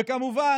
וכמובן,